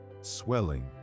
swelling